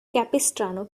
capistrano